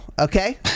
okay